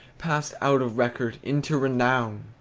passed out of record into renown!